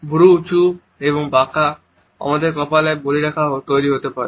ভ্রু উঁচু এবং বাঁকা আমাদের কপালে বলিরেখা তৈরি হতে পারে